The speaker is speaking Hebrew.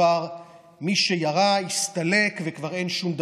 מי שירה כבר הסתלק וכבר אין שום דבר.